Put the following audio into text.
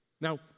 Now